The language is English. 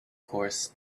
course